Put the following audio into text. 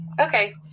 okay